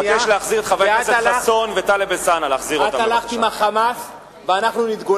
ואת הלכת עם ה"חמאס".